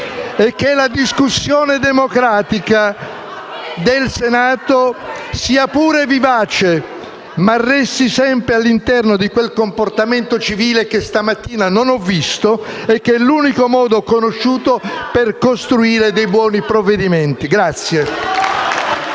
E che la discussione democratica del Senato sia pure vivace ma resti sempre all'interno di quel comportamento civile che questa mattina non ho visto e che è l'unico modo conosciuto per costruire dei buoni provvedimenti. *(**Applausi